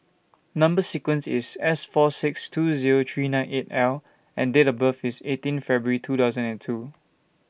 Number sequence IS S four six two Zero three nine eight L and Date of birth IS eighteen February two thousand and two